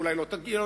ואולי הם לא יגיעו,